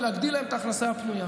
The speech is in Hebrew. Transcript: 7 מיליארד בשירותי הבריאות.